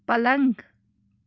پَلنٛگ